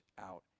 out